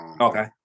Okay